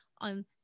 on